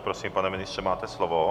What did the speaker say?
Prosím, pane ministře, máte slovo.